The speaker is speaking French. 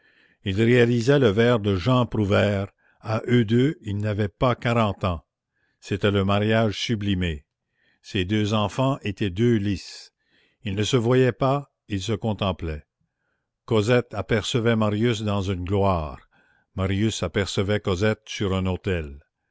ils réalisaient le vers de jean prouvaire à eux deux ils n'avaient pas quarante ans c'était le mariage sublimé ces deux enfants étaient deux lys ils ne se voyaient pas ils se contemplaient cosette apercevait marius dans une gloire marius apercevait cosette sur un autel